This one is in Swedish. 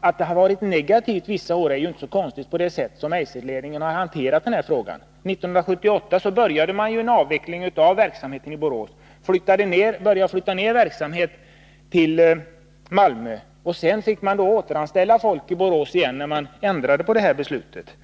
Att resultatet vissa år varit negativt är ju inte så konstigt med tanke på det sätt på vilket Eiserledningen hanterat denna fråga. 1978 började man en avveckling av verksamheten i Borås och flyttade ned verksamhet till Malmö. Sedan blev man tvungen att återanställa folk i Borås när man ändrade på detta beslut.